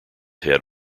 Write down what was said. head